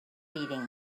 reading